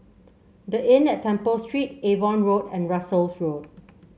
The Inn at Temple Street Avon Road and Russels Road